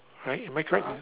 right am I correct